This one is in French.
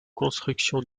construction